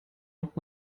noch